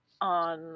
on